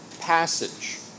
passage